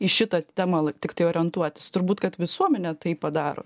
į šitą temą tiktai orientuotis turbūt kad visuomenė tai padaro